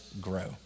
grow